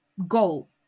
goal